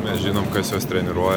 mes žinom kas juos treniruoja